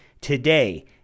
Today